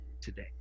today